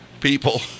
people